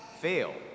fail